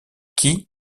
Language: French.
qui